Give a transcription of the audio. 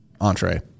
entree